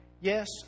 Yes